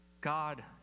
God